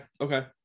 Okay